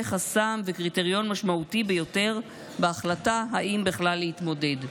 חסם וקריטריון משמעותי ביותר בהחלטה אם בכלל להתמודד.